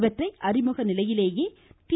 இவற்றை அறிமுக நிலையிலேயே தி